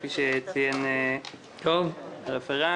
כפי שציין הרפרנט.